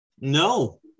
No